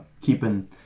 keeping